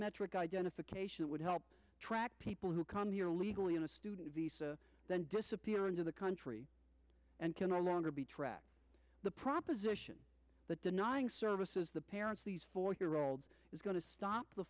biometric identification would help track people who come here legally on a student visa then disappear into the country and can no longer be tracked the proposition that denying services the parents these four year olds is going to stop the